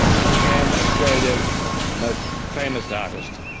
he became australia's most famous artist.